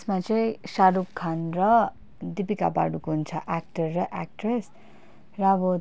त्यसमा चाहिँ शाहरुख खान र दिपिका पाडुकोन छ एक्टर र एक्ट्रेस र अब